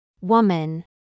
Woman